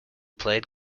played